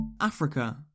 Africa